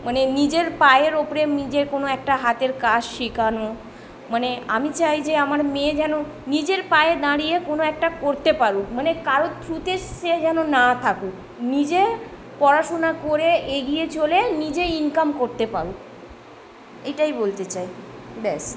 মানে নিজের পায়ের ওপরে নিজের কোনো একটা হাতের কাছ শেখানো মানে আমি চাই যে আমার মেয়ে যেন নিজের পায়ে দাঁড়িয়ে কোনো একটা করতে পারুক মানে কারোর থ্রুতে সে যেন না থাকুক নিজে পড়াশুনা করে এগিয়ে চলে নিজেই ইনকাম করতে পারুক এটাই বলতে চাই ব্যস